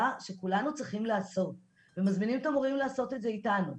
שכולנו צריכים לעשות.." ומזמינים את המורים לעשות את זה איתנו,